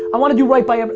i want to do right by. but